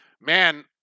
man